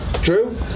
Drew